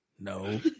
No